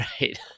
right